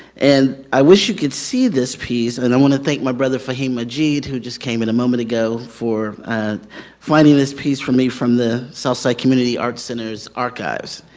and i wish you could see this piece. and i want to thank my brother faheem majeed, who just came in a moment ago for finding this piece for me from the southside community art center's archives.